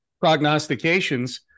Prognostications